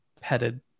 headed